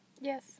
Yes